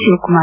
Shivakumar